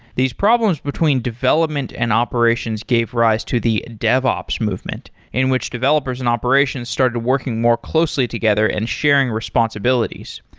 these problems between development and operations gave rise to the devops movement, in which developers and operations started working more closely together and sharing responsibilities.